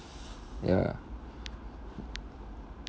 ya